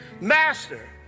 Master